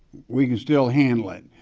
we can still handle it.